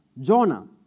Jonah